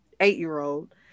eight-year-old